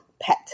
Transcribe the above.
pet